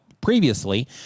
previously